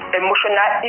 emotional